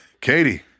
Katie